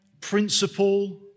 principle